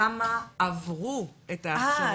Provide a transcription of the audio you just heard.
כמה עברו את ההכשרות?